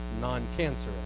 non-cancerous